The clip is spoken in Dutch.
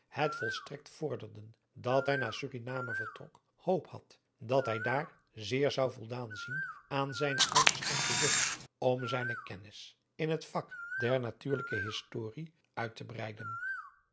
het volstrekt vorderden dat hij naar suriname vertrok hoop had dat hij daar zeer zou voldaan zien aan zijne uitgestrekte zucht om zijne kennis in het vak der natuurlijke historie uit tel breiden